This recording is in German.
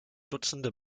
dutzende